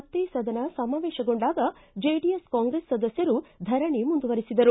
ಮತ್ತೇ ಸದನ ಸಮಾವೇಶಗೊಂಡಾಗ ಜೆಡಿಎಸ್ ಕಾಂಗ್ರೆಸ್ ಸದಸ್ಯರು ಧರಣಿ ಮುಂದುವರಿಸಿದರು